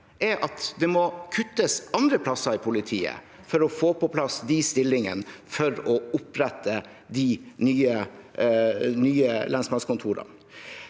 er at det må kuttes andre plasser i politiet for å få på plass de stillingene, for å opprette de nye lensmannskontorene.